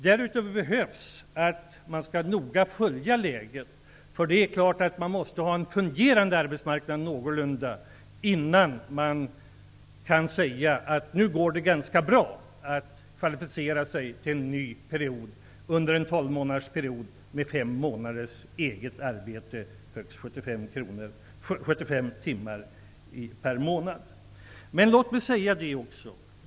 Därutöver är det nödvändigt att vi noga följer läget. Det är klart att man måste ha en någorlunda fungerande arbetsmarknad innan man kan säga att det går ganska bra att under en tid av tolv månader med fem månaders eget arbete, högst 75 timmar per månad, kvalificera sig till en ny ersättningsperiod.